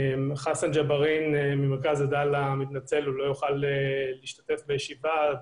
חסן ג'בארין ממרכז עדאלה מתנצל שהוא לא יוכל להשתתף בישיבה,